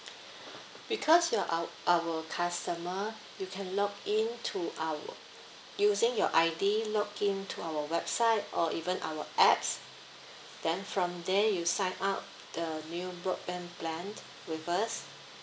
because you're our our customer you can log in to our using your I_D login to our website or even our apps then from there you sign up the new broadband plan with us